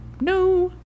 No